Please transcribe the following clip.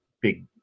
big